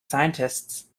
scientists